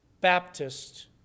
Baptist